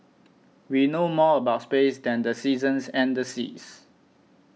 we know more about space than the seasons and the seas